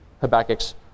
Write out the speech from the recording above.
Habakkuk's